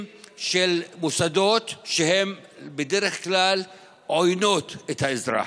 של מוסדות שהם בדרך כלל עוינים את האזרח.